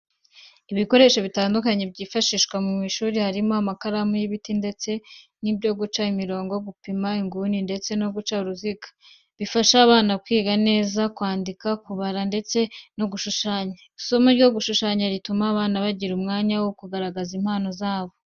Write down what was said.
Ibikoresho bitandukanye byifashishwa mu ishuri harimo amakaramu y'ibiti ndetse n'ibindi byo guca imirongo, gupima inguni, ndetse no guca uruziga. Bifasha abana kwiga neza haba kwandika, kubara ndetse no gushushanya. Isomo ryo gushushanya rituma abana bagira umwanya wo kugaragaza impano zabo.